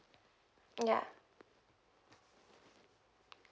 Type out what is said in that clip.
ya